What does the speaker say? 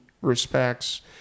respects